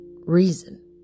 reason